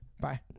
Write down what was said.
bye